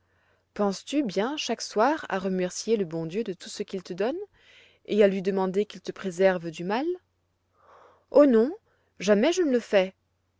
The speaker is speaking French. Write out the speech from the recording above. penses-tu bien chaque soir à remercier le bon dieu de tout ce qu'il te donne et à lui demander qu'il te préserve du mal oh non jamais je ne le fais